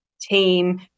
team